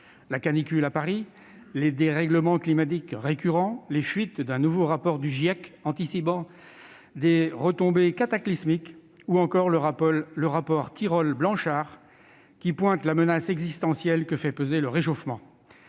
la canicule à Paris, les dérèglements climatiques récurrents, les fuites du nouveau rapport du GIEC anticipant des « retombées climatiques cataclysmiques » ou encore le rapport Tirole-Blanchard qui souligne la « menace existentielle » que fait peser le réchauffement